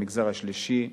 המגזר השלישי,